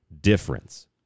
difference